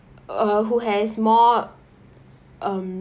uh who has more um